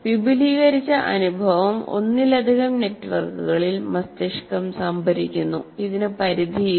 വിപുലീകരിച്ച അനുഭവം ഒന്നിലധികം നെറ്റ്വർക്കുകളിൽ മസ്തിഷ്കം സംഭരിക്കുന്നു ഇതിന് പരിധിയില്ല